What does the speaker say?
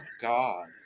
God